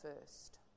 first